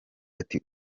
ati